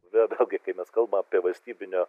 vėl vėlgi kai mes kalbam apie valstybinio